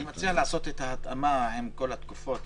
אני מציע לעשות התאמה עם כל התקופות.